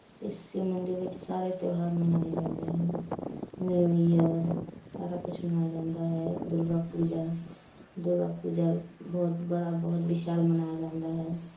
ਇਸ ਸ਼ਿਵ ਮੰਦਿਰ ਵਿੱਚ ਸਾਰੇ ਤਿਉਹਾਰ ਮਨਾਏ ਜਾਂਦੇ ਹਨ ਨਿਊ ਯੀਅਰ ਸਾਰਾ ਕੁਛ ਮਨਾਇਆ ਜਾਂਦਾ ਹੈ ਦੁਰਗਾ ਪੂਜਾ ਦੁਰਗਾ ਪੂਜਾ ਬਹੁਤ ਬੜਾ ਬਹੁਤ ਵਿਸ਼ਾਲ ਮਨਾਇਆ ਜਾਂਦਾ ਹੈ